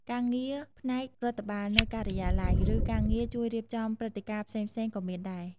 ការងារផ្នែករដ្ឋបាលនៅការិយាល័យ ឬការងារជួយរៀបចំព្រឹត្តិការណ៍ផ្សេងៗក៏មានដែរ។